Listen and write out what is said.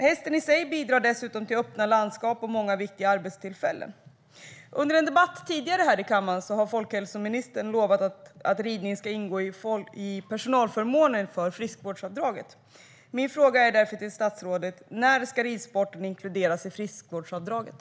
Hästen i sig bidrar dessutom till öppna landskap och många viktiga arbetstillfällen. Under en tidigare debatt här i kammaren har folkhälsoministern lovat att ridningen ska ingå i personalförmånen för friskvårdsavdraget. Min fråga till statsrådet är därför: När ska ridsporten inkluderas i friskvårdsavdraget?